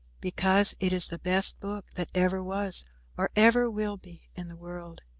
because it is the best book that ever was or ever will be in the world.